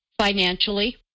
Financially